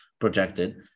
projected